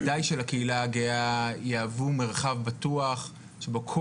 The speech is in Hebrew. ודאי של הקהילה הגאה יהוו מרחב בטוח שבו כל